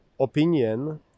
opinion